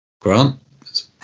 Grant